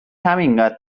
همینقد